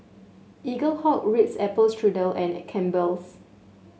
Eaglehawk Ritz Apple Strudel and a Campbell's